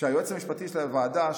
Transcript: היועץ המשפטי של הוועדה,